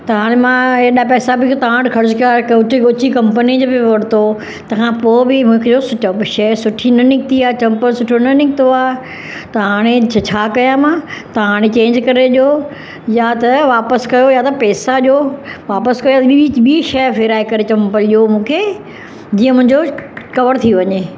त हाणे मां हेॾा पेसा बि तां वटि ख़र्चु कया हिकु ऊची ऊची कंपनी जी बि वरतो तंहिंखां पोइ बि मूंखे उहो शइ सुठी न निकिती आहे चम्पलु सुठो न निकितो आहे त हाणे छ छा कयां मां तां हाणे चेंज करे ॾेयो या त वापसि कयो या त पेसा ॾेयो वापसि कयो ॿी ॿी शइ फिराए करे चम्प्लु ॾेयो मूंखे जीअं मुंहिंजो कवर थी वञे